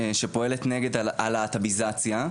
שפועלת נגד ה"להט"ביזציה",